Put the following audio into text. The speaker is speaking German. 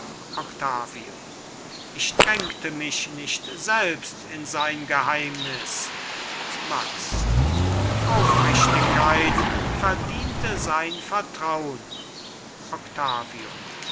octavio ich drängte mich nicht selbst in sein geheimnis max aufrichtigkeit verdiente sein vertraun octavio